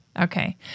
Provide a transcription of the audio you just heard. Okay